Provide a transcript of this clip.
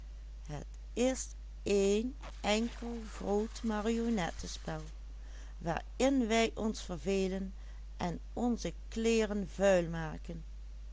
wij ons vervelen en onze